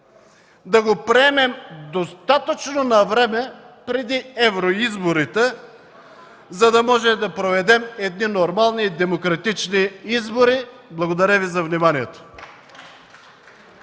да го приемем достатъчно навреме – преди евроизборите, за да можем да проведем нормални и демократични избори. Благодаря за вниманието.